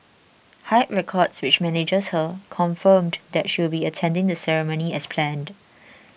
Hype Records which manages her confirmed that she would be attending the ceremony as planned